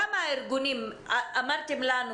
כמה ארגונים אמרתם לנו